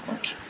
okay